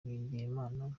bigirimana